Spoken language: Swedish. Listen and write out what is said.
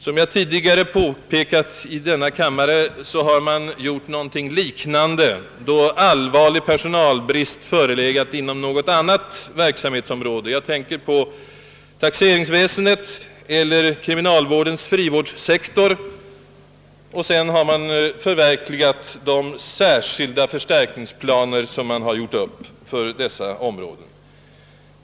Som jag tidigare påpekat i denna kammare, har man gjort någonting liknande vid allvarlig personalbrist inom andra områden. Jag tänker t.ex. på taxeringsväsendet och kriminalvårdens frivårdssektor. Man har också senare förverkligat de särskilda förstärkningsplaner som man har gjort upp för dessa områden.